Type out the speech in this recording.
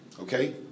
Okay